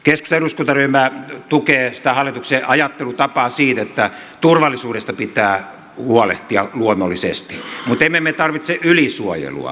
keskustan eduskuntaryhmä tukee sitä hallituksen ajattelutapaa että turvallisuudesta pitää huolehtia luonnollisesti mutta emme me tarvitse ylisuojelua